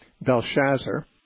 Belshazzar